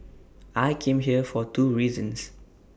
I came here for two reasons